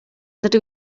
dydw